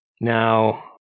Now